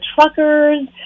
truckers